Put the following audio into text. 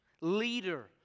leader